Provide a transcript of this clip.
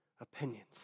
opinions